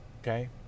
okay